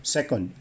Second